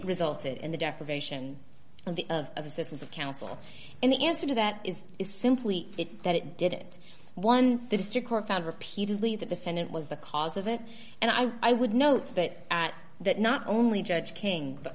resulted in the deprivation of the of assistance of counsel and the answer to that is simply that it did it one the district court found repeatedly the defendant was the cause of it and i i would note that that not only judge king but